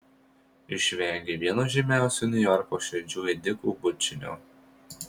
išvengė vieno žymiausių niujorko širdžių ėdikų bučinio